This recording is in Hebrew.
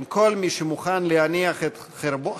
עם כל מי שמוכן להניח את חרבו,